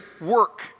work